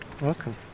Welcome